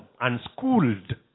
unschooled